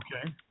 Okay